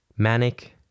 Manic